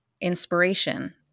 inspiration